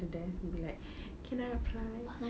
there and be like can I apply